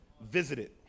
visited